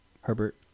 Herbert